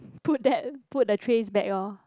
put that put the trays back lor